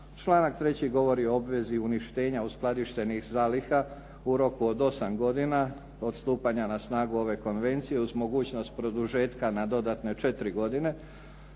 Članak 3. govori o obvezi uništenja uskladištenih zaliha u roku od 8 godina od stupanja na snagu ove Konvencije uz mogućnost produžetka na dodatne 4 godine.